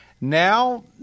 now